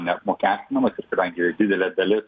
neapmokestinamas ir kadangi didelė dalis